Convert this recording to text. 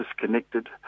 Disconnected